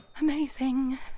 Amazing